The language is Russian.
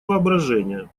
воображения